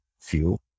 fuel